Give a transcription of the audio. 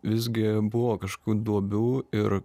visgi buvo kažkokių duobių ir